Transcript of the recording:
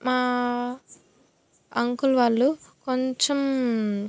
uncle వాళ్ళు కొంచెం